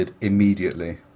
immediately